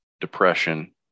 depression